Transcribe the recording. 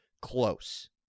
Close